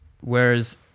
Whereas